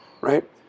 right